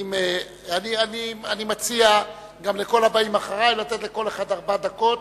אני מציע גם לכל הבאים אחרי לתת לכל אחד ארבע דקות,